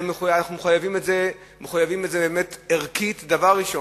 אנחנו מחויבים לזה ערכית, דבר ראשון,